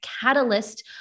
catalyst